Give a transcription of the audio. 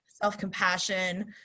self-compassion